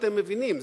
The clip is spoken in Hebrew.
אתם מבינים,